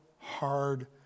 hard